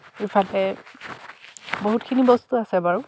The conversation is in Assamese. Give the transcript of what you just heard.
ইফালে বহুতখিনি বস্তু আছে বাৰু